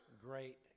great